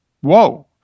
whoa